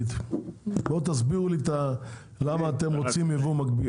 בואו תסבירו לי למה אתם רוצים ייבוא מקביל?